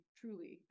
truly